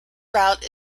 route